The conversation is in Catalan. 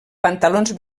pantalons